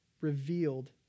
revealed